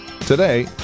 Today